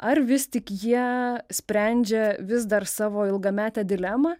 ar vis tik jie sprendžia vis dar savo ilgametę dilemą